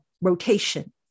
rotation